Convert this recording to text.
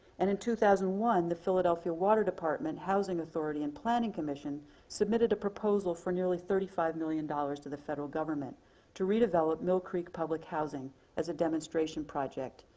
and in two thousand and one, the philadelphia water department, housing authority, and planning commission submitted a proposal for nearly thirty five million dollars to the federal government to redevelop mill creek public housing as a demonstration project,